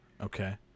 Okay